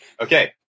Okay